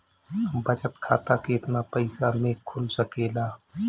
बचत खाता केतना पइसा मे खुल सकेला?